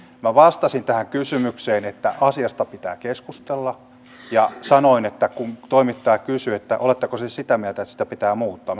minä vastasin tähän kysymykseen että asiasta pitää keskustella ja kun toimittaja kysyi että oletteko siis sitä mieltä että sitä pitää muuttaa